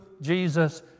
Jesus